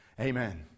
Amen